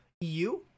EU